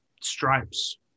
stripes